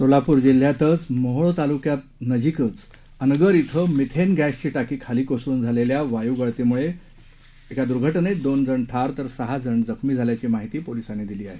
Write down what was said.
सोलापूर जिल्ह्यात मोहोळ तालुक्यात अनगर ॐ मिथेन गॅसची टाकी खाली कोसळून झालेल्या वायूगळतीमुळे झालेल्या दूर्घटनेत दोघे ठार तर सहाजण जखमी झाल्याची माहिती पोलिसांनी दिली आहे